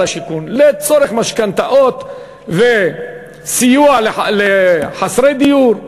השיכון לצורך משכנתאות וסיוע לחסרי דיור,